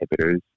inhibitors